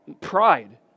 pride